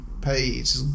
page